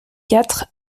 quatre